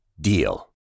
DEAL